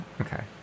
Okay